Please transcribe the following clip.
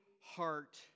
heart